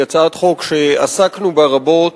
היא הצעת חוק שעסקנו בה רבות,